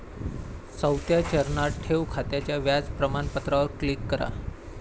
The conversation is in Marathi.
चौथ्या चरणात, ठेव खात्याच्या व्याज प्रमाणपत्रावर क्लिक करा